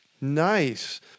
Nice